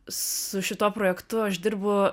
su šituo projektu aš dirbu